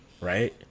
right